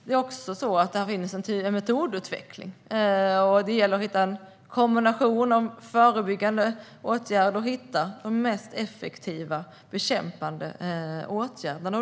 Det har också skett en metodutveckling, och det gäller att hitta en kombination av förebyggande åtgärder och de mest effektiva bekämpande åtgärderna.